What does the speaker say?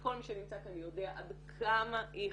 וכל מי שנמצא כאן יודע עד כמה היא חשובה,